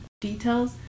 details